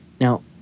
Now